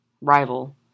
Rival